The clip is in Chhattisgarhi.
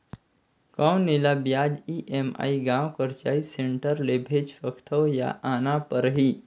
कौन एला ब्याज ई.एम.आई गांव कर चॉइस सेंटर ले भेज सकथव या आना परही?